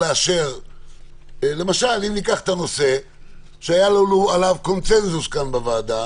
למשל, הנושא שהיה לנו עליו קונצנזוס בוועדה